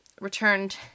returned